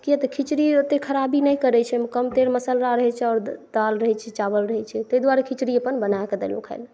किया तऽ खिचड़ी ओतेक खराबी नहि करै छै ओहिमे कम तेल मसाला रहै छै और दालि रहै छै चावल रहै छै ताहि दुआरे खिचड़ी अपन बनाए कऽ देलहुॅं खाय लए